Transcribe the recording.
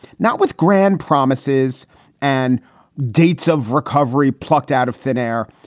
not with grand promises and dates of recovery plucked out of thin air,